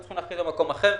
היו צריכים להפחית במקום אחר.